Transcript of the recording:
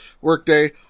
workday